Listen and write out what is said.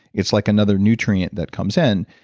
it's like another nutrient that comes in.